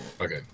Okay